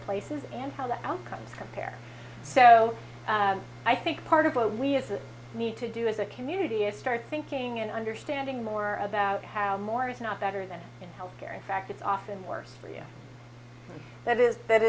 places and how the outcomes compare so i think part of what we as a need to do as a community is start thinking and understanding more about how more is not better than health care in fact it's often worse for you that is that